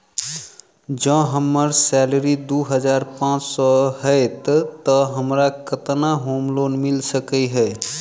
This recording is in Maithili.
जँ हम्मर सैलरी दु हजार पांच सै हएत तऽ हमरा केतना होम लोन मिल सकै है?